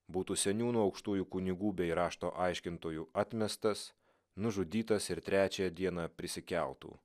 būtų seniūnų aukštųjų kunigų bei rašto aiškintojų atmestas nužudytas ir trečiąją dieną prisikeltų